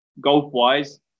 golf-wise